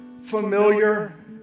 familiar